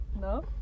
No